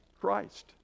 christ